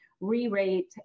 re-rate